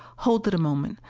hold it a moment.